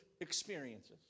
experiences